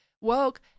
woke